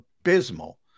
abysmal